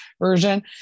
version